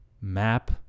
map